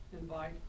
Invite